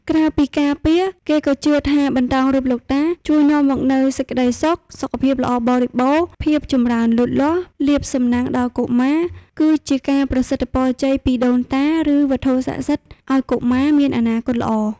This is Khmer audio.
ក្រៅពីការពារ គេក៏ជឿថាបន្តោងរូបលោកតាជួយនាំមកនូវសេចក្ដីសុខ សុខភាពល្អបរិបូរណ៍ ភាពចម្រើនលូតលាស់ លាភសំណាងដល់កុមារ និងជាការប្រសិទ្ធពរជ័យពីដូនតា ឬវត្ថុស័ក្តិសិទ្ធិឱ្យកុមារមានអនាគតល្អ។